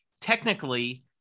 technically